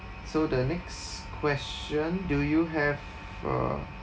so the next question do you have a